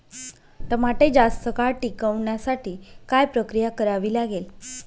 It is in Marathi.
टमाटे जास्त काळ टिकवण्यासाठी काय प्रक्रिया करावी लागेल?